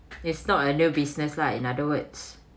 it's not under business lah in other words